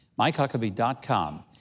MikeHuckabee.com